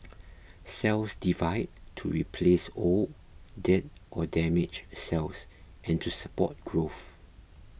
cells divide to replace old dead or damaged cells and to support growth